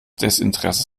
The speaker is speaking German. desinteresse